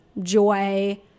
joy